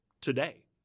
today